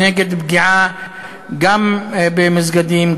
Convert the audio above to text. נגד פגיעה גם במסגדים,